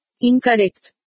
Incorrect